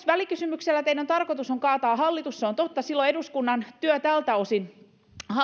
välikysymyksellä teidän tarkoituksenne on kaataa hallitus se on totta silloin eduskunnan työ tältä osin